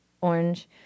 orange